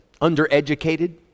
Undereducated